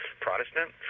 Protestant